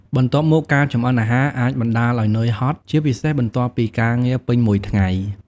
បន្ទាប់មក ការចម្អិនអាហារអាចបណ្ដាលឱ្យ នឿយហត់ ជាពិសេសបន្ទាប់ពីការងារពេញមួយថ្ងៃ។